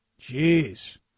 Jeez